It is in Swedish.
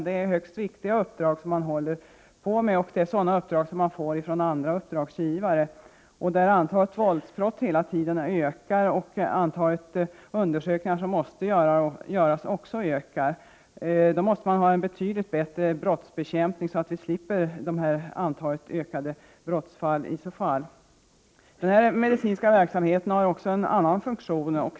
Det är högst viktiga uppdrag, och det är sådana uppdrag som man får från andra uppdragsgivare. Antalet våldsbrott ökar hela tiden, och antalet undersökningar som måste göras ökar också. Man måste då ha en betydligt bättre brottsbekämpning så att man slipper detta ökade antal brottsfall. Den medicinska verksamheten har också en annan funktion.